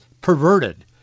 perverted